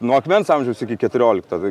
nuo akmens amžiaus iki keturiolikto